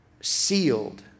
sealed